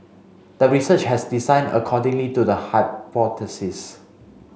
the research has designed accordingly to the hypothesis